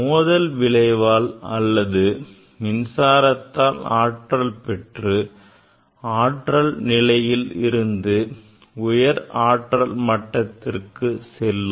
மோதல் விளைவால் அல்லது மின்சாரத்தால் ஆற்றல் பெற்று தாழ் ஆற்றல் நிலையிலிருந்து உயர் ஆற்றல் மட்டத்திற்கு செல்லும்